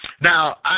Now